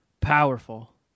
Powerful